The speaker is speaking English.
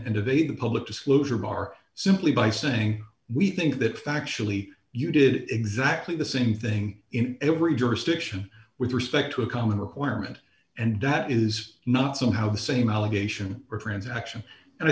and evade the public disclosure bar simply by saying we think that factually you did exactly the same thing in every jurisdiction with respect to a common requirement and that is not somehow the same allegation or transaction and i